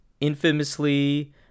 infamously